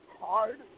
hard